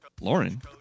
Lauren